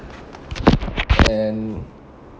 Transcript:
and